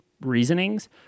reasonings